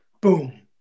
boom